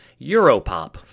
Europop